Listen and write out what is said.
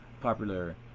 popular